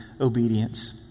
obedience